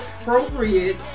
appropriate